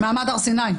מעמד הר סיני.